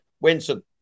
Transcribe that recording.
Winston